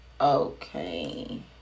okay